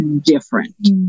different